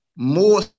more